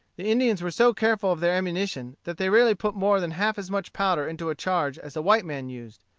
the indians were so careful of their ammunition, that they rarely put more than half as much powder into a charge as a white man used.